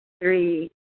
three